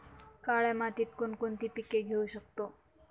काळ्या मातीत कोणकोणती पिके घेऊ शकतो?